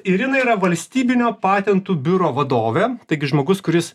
irina yra valstybinio patentų biuro vadovė taigi žmogus kuris